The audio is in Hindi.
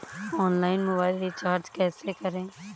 ऑनलाइन मोबाइल रिचार्ज कैसे करें?